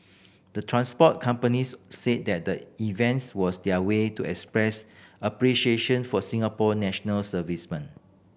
the transport companies said that the events was their way to express appreciation for Singapore national servicemen